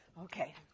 Okay